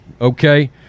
Okay